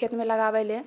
खेतमे लगाबै लए